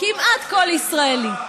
כמעט כל ישראלי.